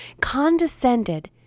condescended